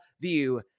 View